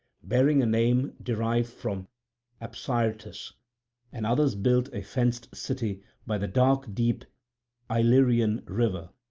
bearing a name derived from apsyrtus and others built a fenced city by the dark deep illyrian river,